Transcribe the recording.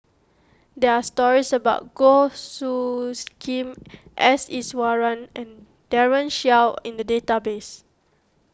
there are stories about Goh Soos Khim S Iswaran and Daren Shiau in the database